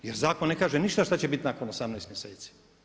Jer zakon ne kaže ništa šta će biti nakon 18 mjeseci.